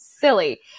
silly